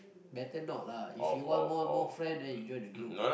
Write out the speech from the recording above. better not lah if you want more more friend then you join the group